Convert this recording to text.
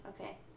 Okay